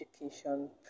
education